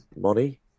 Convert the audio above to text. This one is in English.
money